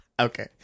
okay